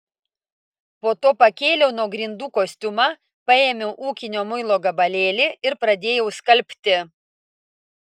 po to pakėliau nuo grindų kostiumą paėmiau ūkinio muilo gabalėlį ir pradėjau skalbti